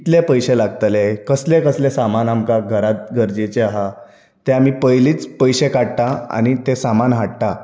कितले पयशे लागतले कसलें कसलें सामान आमकां घरांत गरजेचें आहा तें आमी पयलींच पयशे काडटा आनी ते सामान हाडटा